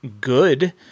good